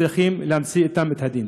צריך למצות אתם את הדין.